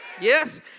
Yes